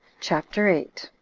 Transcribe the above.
chapter eight.